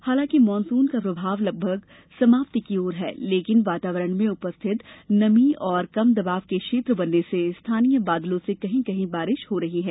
हालांकि मानसून का प्रभाव लगभग समाप्ति की ओर है लेकिन वातावरण में उपस्थित नमी और कम दवाब के क्षेत्र के बनने से स्थानीय बादलों से कहीं कहीं बारिश भी हो रही है